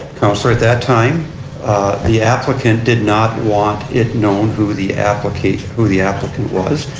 councillor at that time the applicant did not want it know who the applicant who the applicant was.